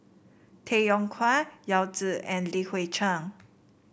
Tay Yong Kwang Yao Zi and Li Hui Cheng